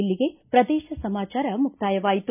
ಇಲ್ಲಿಗೆ ಪ್ರದೇಶ ಸಮಾಚಾರ ಮುಕ್ತಾಯವಾಯಿತು